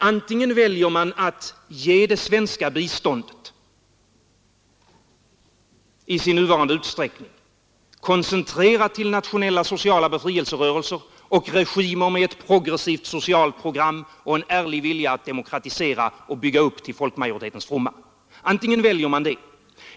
Antingen väljer man att ge det svenska biståndet koncentrerat till nationella och sociala befrielserörelser och regimer med ett progressivt socialt program och en ärlig vilja att demokratisera och bygga upp till folkmajoritetens fromma.